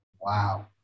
Wow